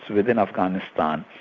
within afghanistan,